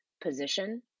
position